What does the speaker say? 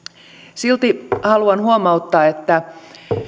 silti haluan huomauttaa että